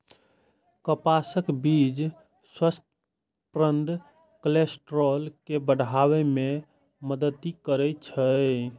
कपासक बीच स्वास्थ्यप्रद कोलेस्ट्रॉल के बढ़ाबै मे मदति करै छै